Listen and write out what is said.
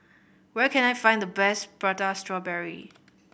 where can I find the best Prata Strawberry